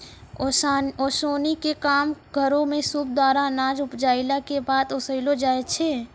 ओसौनी क काम घरो म सूप द्वारा अनाज उपजाइला कॅ बाद ओसैलो जाय छै?